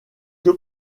que